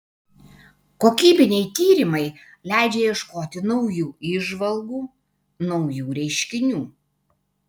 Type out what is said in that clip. kokybiniai tyrimai leidžia ieškoti naujų įžvalgų naujų reiškinių